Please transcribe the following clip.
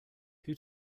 who